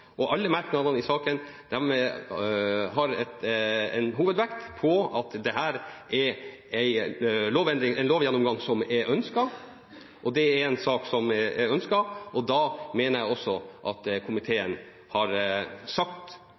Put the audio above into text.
og i alle merknadene i saken er det en hovedvekt på at dette er en lovgjennomgang som er ønsket. Det er en sak som er ønsket, og da mener jeg også at komiteen har sagt